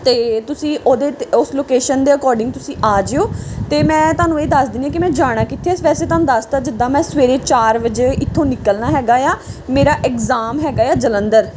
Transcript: ਅਤੇ ਤੁਸੀਂ ਉਹਦੇ 'ਤੇ ਉਸ ਲੋਕੇਸ਼ਨ ਦੇ ਅਕੋਰਡਿੰਗ ਤੁਸੀਂ ਆ ਜਾਇਓ ਅਤੇ ਮੈਂ ਤੁਹਾਨੂੰ ਇਹ ਦੱਸ ਦਿੰਦੀ ਹਾਂ ਕਿ ਮੈਂ ਜਾਣਾ ਕਿੱਥੇ ਵੈਸੇ ਤੁਹਾਨੂੰ ਦੱਸਤਾ ਜਿੱਦਾਂ ਮੈਂ ਸਵੇਰੇ ਚਾਰ ਵਜੇ ਇੱਥੋਂ ਨਿਕਲਣਾ ਹੈਗਾ ਆ ਮੇਰਾ ਐਗਜ਼ਾਮ ਹੈਗਾ ਆ ਜਲੰਧਰ